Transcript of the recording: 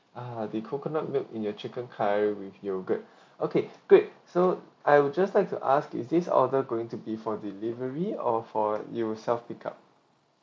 ah the coconut milk in your chicken curry with yogurt okay great so I would just like to ask is this order going to be for delivery or for you'll self pick up